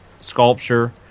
sculpture